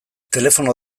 telefono